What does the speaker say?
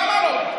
למה לא?